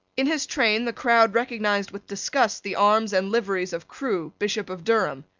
in his train the crowd recognised with disgust the arms and liveries of crewe, bishop of durham,